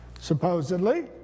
supposedly